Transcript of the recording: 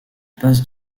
passe